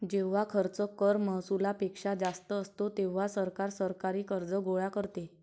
जेव्हा खर्च कर महसुलापेक्षा जास्त असतो, तेव्हा सरकार सरकारी कर्ज गोळा करते